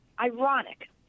ironic